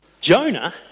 Jonah